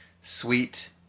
sweet